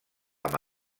amb